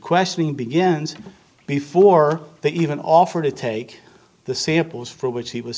questioning begins before they even offer to take the samples for which he was